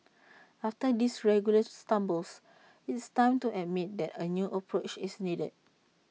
after these regular stumbles it's time to admit that A new approach is needed